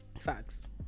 Facts